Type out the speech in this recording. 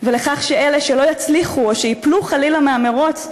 ולכך שאלה שלא יצליחו, או שייפלו חלילה מהמירוץ,